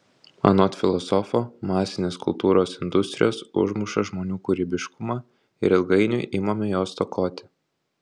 anot filosofo masinės kultūros industrijos užmuša žmonių kūrybiškumą ir ilgainiui imame jo stokoti